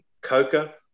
coca